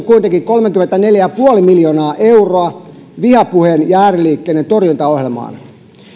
kuitenkin kolmekymmentäneljä pilkku viisi miljoonaa euroa vihapuheen ja ääriliikkeiden torjuntaohjelmaan